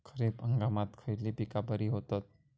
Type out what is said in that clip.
खरीप हंगामात खयली पीका बरी होतत?